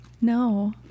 No